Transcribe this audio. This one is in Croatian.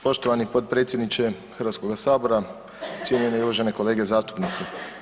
Poštovani potpredsjedniče Hrvatskoga sabora, cijenjene i uvažene kolege zastupnici.